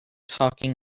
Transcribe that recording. talking